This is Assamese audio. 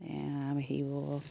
হেৰিও